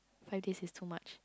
five days is too much